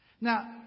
Now